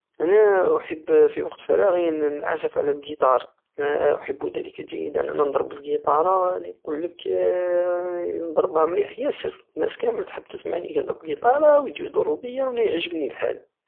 انا احب في وقت فراغي ان اعزف على القيتار انا احب دلك جيدا انا ندرب القيطارة راني نقلك ندربها مليح ياسر ناس كامل تحب تسمعني ندرب قيطارة ويجو يدورو بية ويعجبني الحال